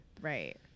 Right